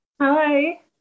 Hi